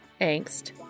Angst